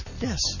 Yes